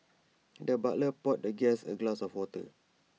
the butler poured the guest A glass of water